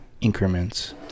increments